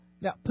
Now